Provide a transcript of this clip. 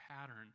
pattern